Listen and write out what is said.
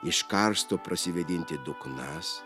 iškarsto prasivėdinti duknas